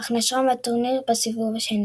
אך נשרה מהטורניר בסיבוב השני.